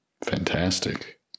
fantastic